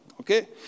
Okay